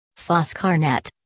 Foscarnet